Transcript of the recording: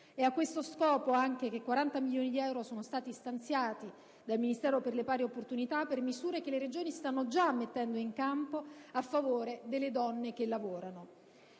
a questo scopo che 40 milioni di euro sono stati stanziati dal Ministero per le pari opportunità per misure che le Regioni stanno già mettendo in campo a favore delle donne che lavorano.